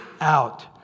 out